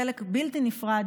חלק בלתי נפרד